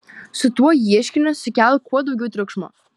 su tuo ieškiniu sukelk kuo daugiau triukšmo